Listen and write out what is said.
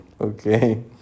Okay